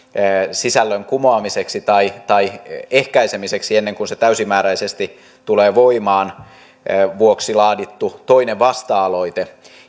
sisällön kumoamiseksi tai tai ehkäisemiseksi ennen kuin se täysimääräisesti tulee voimaan laadittu toinen vasta aloite